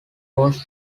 was